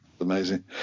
amazing